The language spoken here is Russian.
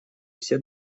все